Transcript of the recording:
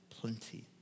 plenty